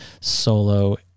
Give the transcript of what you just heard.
solo